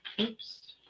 Oops